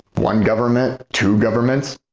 one government, two governments,